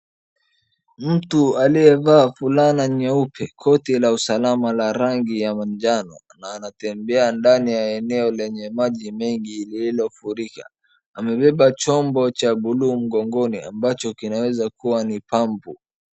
Mtu aliyevaa fulana nyeupe, koti la usalama la rangi ya manjano na anatembea ndani ya eneo lenye maji mengi lililofurika. Amebeba chombo cha buluu mgongoni ambacho kinaweza kuwa ni pampu.